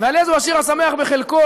ועל "איזהו עשיר, השמח בחלקו".